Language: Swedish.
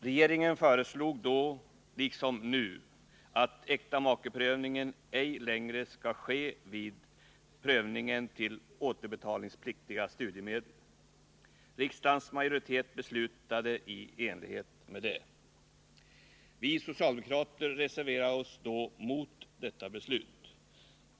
Regeringen föreslog då, liksom nu, att äktamakeprövning ej längre skall ske när det gäller ansökningar om återbetalningspliktiga studiemedel. Riksdagens majoritet beslutade i enlighet med regeringens förslag. Vi socialdemokrater reserverade oss då mot detta beslut.